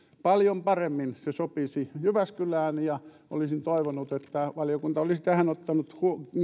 paljon paremmin se sopisi jyväskylään olisin toivonut että valiokunta olisi tähän ottanut